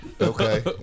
Okay